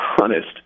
honest